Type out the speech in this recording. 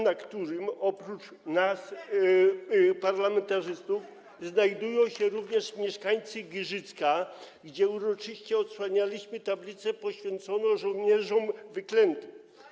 na którym oprócz nas, parlamentarzystów, znajdują się również mieszkańcy Giżycka, gdzie uroczyście odsłanialiśmy tablicę poświęconą żołnierzom wyklętym.